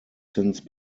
since